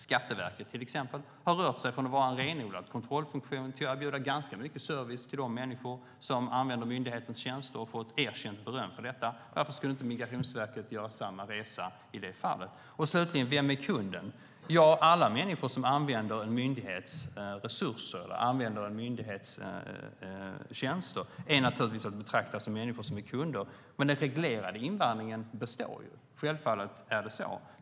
Skatteverket, till exempel, har rört sig från att vara en renodlad kontrollfunktion till att erbjuda ganska mycket service till de människor som använder myndighetens tjänster och har fått erkänt beröm för det. Varför skulle inte Migrationsverket göra samma resa? Slutligen: Vem är kunden? Alla människor som använder en myndighets resurser eller använder en myndighets tjänster är naturligtvis att betrakta som kunder, men självfallet består den reglerade invandringen.